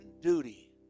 duty